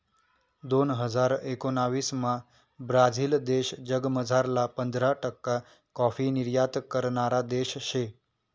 दोन हजार एकोणाविसमा ब्राझील देश जगमझारला पंधरा टक्का काॅफी निर्यात करणारा देश शे